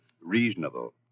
Reasonable